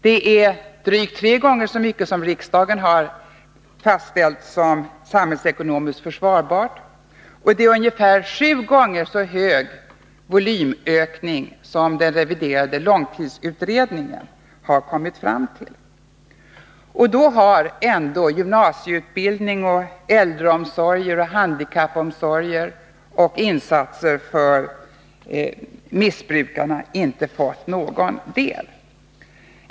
Det är drygt tre gånger så mycket som riksdagen har fastställt som samhällsekonomiskt försvarbart, och det är ungefär sju gånger så hög volymökning som den reviderade långtidsutredningen har kommit fram till. Och då har gymnasieutbildning, äldreoch handikappomsorger eller insatser för missbrukarna inte fått någon del.